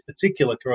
particular